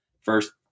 first